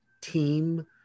team